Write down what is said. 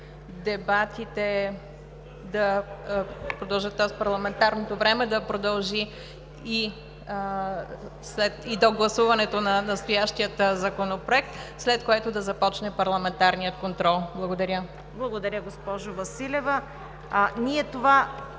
дебатите да продължат, тоест парламентарното време да продължи и до гласуването на настоящия законопроект, след което да започне парламентарният контрол. Благодаря. ПРЕДСЕДАТЕЛ ЦВЕТА